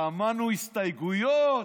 שמענו הסתייגויות.